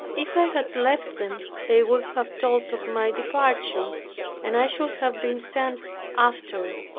if i had left them, they would have told of my departure and i should have been sent after.